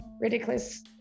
ridiculous